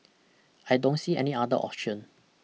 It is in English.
I don't see any other option